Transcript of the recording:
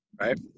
right